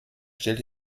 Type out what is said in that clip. stellte